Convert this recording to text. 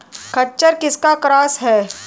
खच्चर किसका क्रास है?